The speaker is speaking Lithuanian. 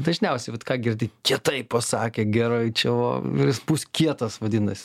dažniausiai vat ką girdi kietai pasakė gerai čia o ir jis bus kietas vadinas